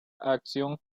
acción